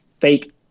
fake